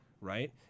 right